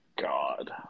God